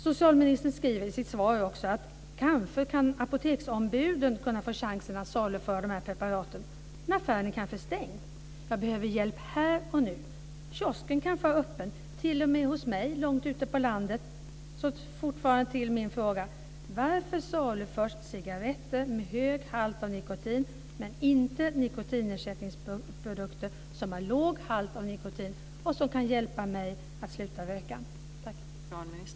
Socialministern skriver också i sitt svar att apoteksombuden kanske kan få chansen att saluföra dessa preparat. Men affären är kanske stängd och man behöver hjälp här och nu. Kiosken kanske är öppen t.o.m. hos mig långt ute på landet.